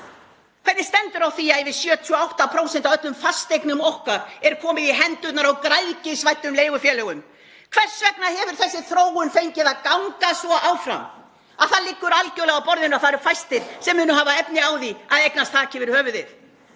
Hvernig stendur á því að yfir 78% af öllum fasteignum okkar eru komin í hendurnar á græðgisvæddum leigufélögum? Hvers vegna hefur þessi þróun fengið að ganga svo áfram að það liggur algjörlega á borðinu að fæstir munu hafa efni á því að eignast þak yfir höfuðið?